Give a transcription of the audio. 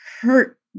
hurt